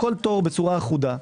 לכל תור בצורה אחודה.